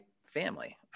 family